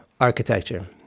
architecture